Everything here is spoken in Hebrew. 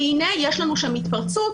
והנה יש לנו שם התפרצות.